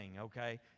okay